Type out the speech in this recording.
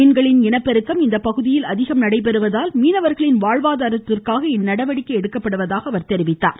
மீன்களின் இனப்பெருக்கம் இப்பகுதியிலேயே அதிகம் நடைபெறுவதால் மீனவர்களின் வாழ்வாதாரத்திற்காக இந்நடவடிக்கை என்றார்